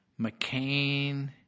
McCain